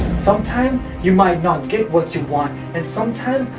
sometimes, you might not get what you wanted. and sometimes,